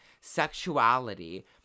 sexuality